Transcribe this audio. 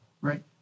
right